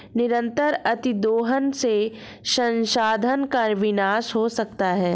निरंतर अतिदोहन से संसाधन का विनाश हो सकता है